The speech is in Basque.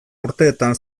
urteetan